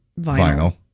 Vinyl